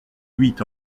huit